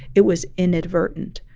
it was inadvertent.